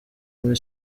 muri